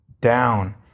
down